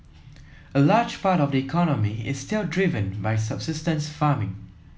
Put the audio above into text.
a large part of the economy is still driven by subsistence farming